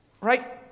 right